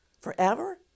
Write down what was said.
forever